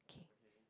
okay